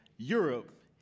europe